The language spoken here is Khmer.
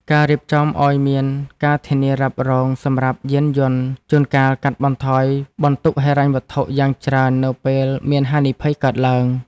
ការរៀបចំឱ្យមានការធានារ៉ាប់រងសម្រាប់យានយន្តជួយកាត់បន្ថយបន្ទុកហិរញ្ញវត្ថុយ៉ាងច្រើននៅពេលមានហានិភ័យកើតឡើង។